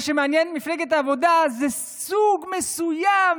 מה שמעניין את מפלגת העבודה זה סוג מסוים